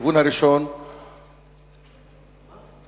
הכיוון הראשון, מה זה?